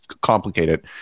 complicated